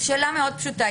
זו שאלה מאוד פשוטה,